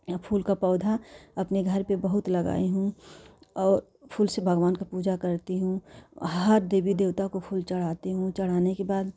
मैं फूल का पौधा अपने घर पर बहुत लगाई हूँ और फूल से भगवान का पूजा करती हूँ हर देवी देवता को फूल चढ़ाती हूँ चढ़ाने के बाद